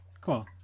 Cool